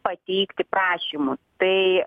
pateikti prašymus tai